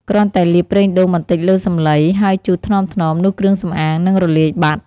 គ្រាន់តែលាបប្រេងដូងបន្តិចលើសំឡី ហើយជូតថ្នមៗ នោះគ្រឿងសម្អាងនឹងរលាយបាត់។